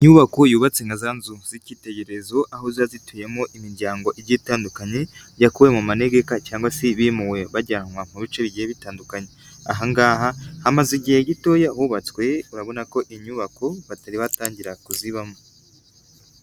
Inyubako yubatse nka zanzu z'ikitegererezo, aho ziba zituyemo imiryango igiye itandukanye, yakuwe mu manegeka cyangwa se bimuwe bajyanwa mu bice bigiye bitandukanye, aha ngaha hamaze igihe gitoya hubatswe urabona ko inyubako batari batangira kuzibamo.